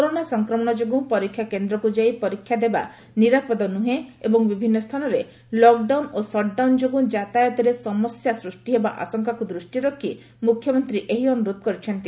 corona ସଂକ୍ରମଶ ଯୋଗୁଁ ପରୀକ୍ଷା କେନ୍ଦ୍ରକୁ ଯାଇ ପରୀକ୍ଷା ଦେବା ନିରାପଦ ନୁହେଁ ଏବଂ ବିଭିନ୍ନ ସ୍ଥାନରେ ଲକ୍ଡାଉନ୍ ଓ ସଟ୍ଡାଉନ୍ ଯୋଗୁଁ ଯାତାୟତରେ ସମସ୍ୟା ସୃଷ୍ଟି ହେବା ଆଶଙ୍କାକୁ ଦୂଷ୍ଟିରେ ରଖ୍ ମୁଖ୍ୟମନ୍ତୀ ଏହି ଅନୁରୋଧ କରିଛନ୍ତି